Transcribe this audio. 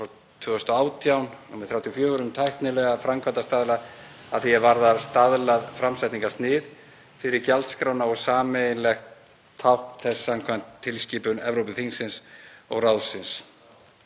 2018/34 um tæknilega framkvæmdarstaðla að því er varðar staðlað framsetningarsnið fyrir gjaldskrána og sameiginlegt tákn þess samkvæmt tilskipun Evrópuþingsins og ráðsins